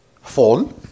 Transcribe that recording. fall